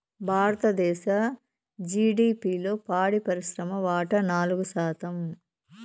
భారతదేశ జిడిపిలో పాడి పరిశ్రమ వాటా నాలుగు శాతం